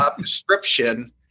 description